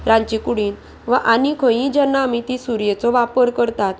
रांदचे कुडींत वा आनी खंयीय जेन्ना आमी ती सुरयेचो वापर करतात